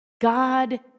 God